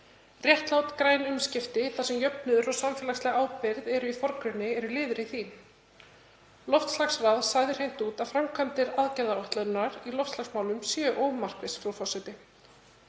Réttlát, græn umskipti þar sem jöfnuður og samfélagsleg ábyrgð eru í forgrunni eru liður í því. Loftslagsráð sagði hreint út að framkvæmdir aðgerðaáætlunarinnar í loftslagsmálum væru ómarkvissar. Frú forseti.